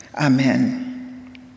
Amen